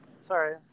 Sorry